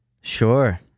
Sure